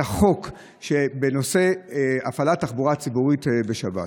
החוק בנושא הפעלת תחבורה ציבורית בשבת?